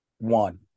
one